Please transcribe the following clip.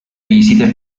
visite